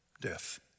death